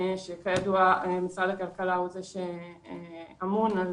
שכידוע משרד הכלכלה הוא זה שאמון על